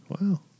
Wow